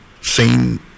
seen